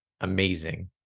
amazing